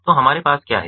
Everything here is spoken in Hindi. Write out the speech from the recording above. तो हमारे पास क्या है